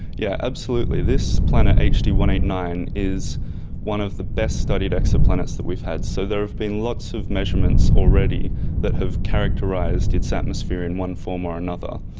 yeah absolutely. this planet, h d one eight nine, is one of the best studied exoplanets that we've had. so there have been lots of measurements already that have characterised its atmosphere in one form or another,